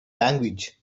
language